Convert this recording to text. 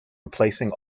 replacing